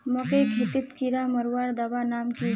मकई खेतीत कीड़ा मारवार दवा नाम की?